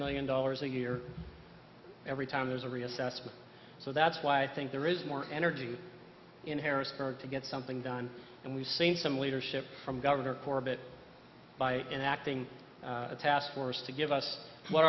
million dollars a year every time there's a reassessment so that's why i think there is more energy in harrisburg to get something done and we've seen some leadership from governor corbett by enacting a taskforce to give us what